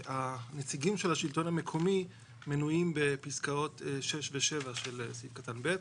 הנציגים של השלטון המקומי מנויים בפסקאות 6 ו-7 של סעיף קטן (ב).